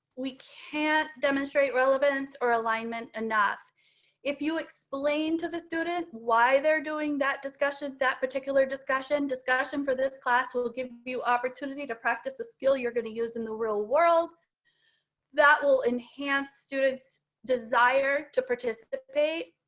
we can't demonstrate relevance or alignment enough elizabeth vigue if you explain to the student why they're doing that discussion that particular discussion discussion for this class will will give you opportunity to practice the skill you're going to use in the real world that will enhance students desire to participate.